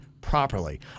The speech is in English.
properly